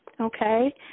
okay